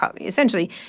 Essentially